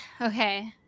okay